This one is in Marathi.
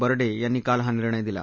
बर्डे यांनी काल हा निर्णय दिला